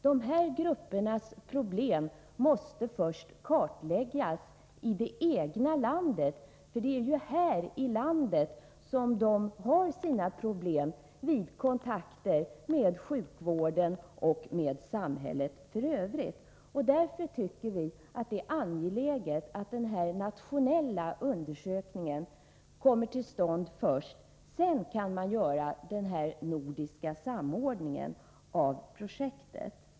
De aktuella gruppernas problem måste först kartläggas i det egna landet, för det är här i landet som våra handikappade har sina problem vid kontakter med sjukvården och med samhället i övrigt. Därför tycker vi att det är angeläget att den nationella undersökningen kommer till stånd först. Sedan kan man genomföra det nordiska samarbetsprojektet.